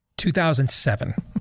2007